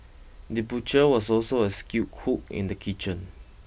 the butcher was also a skilled cook in the kitchen